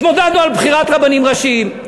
התמודדנו על בחירת רבנים ראשיים.